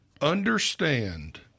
understand